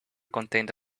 contained